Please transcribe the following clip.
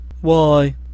Why